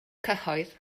cyhoedd